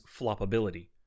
floppability